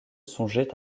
songeait